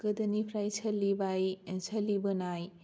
गोदोनिफ्राय सोलिबोनाय